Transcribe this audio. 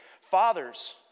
Fathers